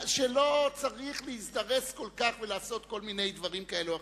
שלא צריך להזדרז כל כך ולעשות כל מיני דברים כאלה או אחרים.